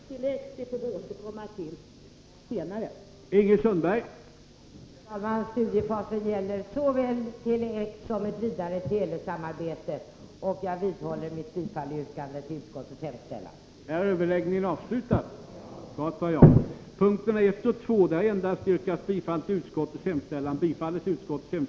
Tele-X får vi återkomma till senare.